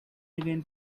again